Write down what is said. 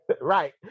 right